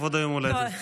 לכבוד יום ההולדת.